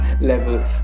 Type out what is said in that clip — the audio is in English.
level